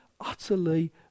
utterly